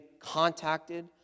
contacted